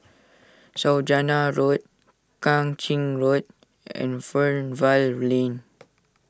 Saujana Road Kang Ching Road and Fernvale Lane